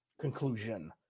Conclusion